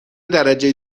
درجه